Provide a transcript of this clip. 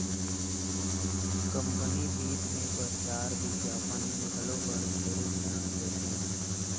company बित मे परचार बिग्यापन घलो बर ढेरे धियान देथे